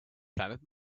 planet